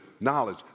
knowledge